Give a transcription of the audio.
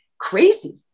crazy